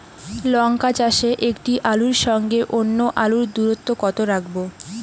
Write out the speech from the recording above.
লঙ্কা চাষে একটি আলুর সঙ্গে অন্য আলুর দূরত্ব কত রাখবো?